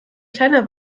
kleiner